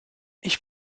ich